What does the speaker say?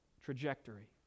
trajectory